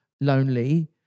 lonely